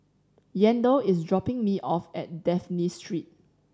Yandel is dropping me off at Dafne Street